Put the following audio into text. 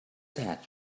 that